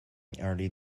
nearly